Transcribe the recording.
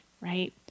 right